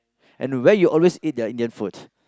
and where you always eat the Indian food